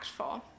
impactful